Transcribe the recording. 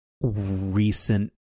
recent